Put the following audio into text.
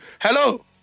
Hello